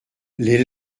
les